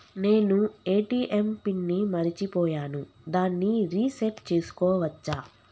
నేను ATM pin ని మరచిపోయాను దాన్ని రీ సెట్ చేసుకోవచ్చా?